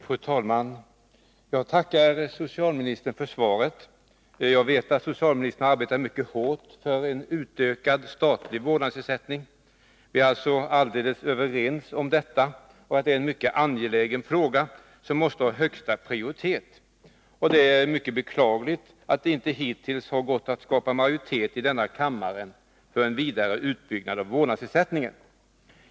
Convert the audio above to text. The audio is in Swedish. Fru talman! Jag tackar socialministern för svaret på min fråga. Jag vet att socialministern har arbetat mycket hårt för utökad statlig vårdnadsersättning. Vi är alltså helt överens om att detta är en mycket angelägen fråga, som måste ha högsta prioritet. Det är mycket beklagligt att det inte hittills har gått att skapa majoritet i kammaren för en vidare utbyggnad av vårdnadsersättningen.